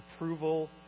approval